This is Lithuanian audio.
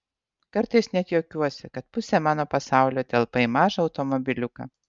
kartais net juokiuosi kad pusė mano pasaulio telpa į mažą automobiliuką